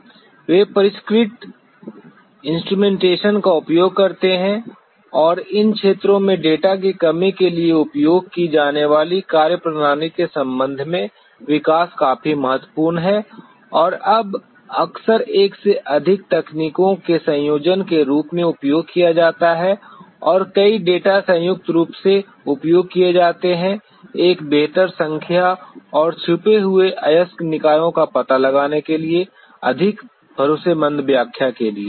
वे परिष्कृत इंस्ट्रूमेंटेशन का उपयोग करते हैं और इन क्षेत्रों में डेटा की कमी के लिए उपयोग की जाने वाली कार्यप्रणाली के संदर्भ में विकास काफी महत्वपूर्ण है और अब अक्सर एक से अधिक तकनीकों के संयोजन के रूप में उपयोग किया जाता है और कई डेटा संयुक्त रूप से उपयोग किए जाते हैं एक बेहतर व्याख्या और छिपे हुए अयस्क निकायों का पता लगाने के लिए अधिक भरोसेमंद व्याख्या के लिए